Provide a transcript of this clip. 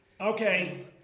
Okay